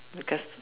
because